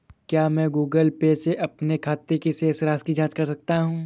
क्या मैं Google Pay से अपने खाते की शेष राशि की जाँच कर सकता हूँ?